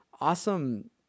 awesome